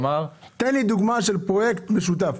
תן לי דוגמה של פרויקט משותף.